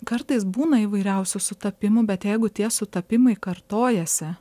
kartais būna įvairiausių sutapimų bet jeigu tie sutapimai kartojasi